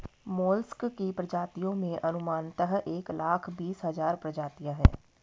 mollusc की प्रजातियों में अनुमानतः एक लाख बीस हज़ार प्रजातियां है